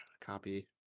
copy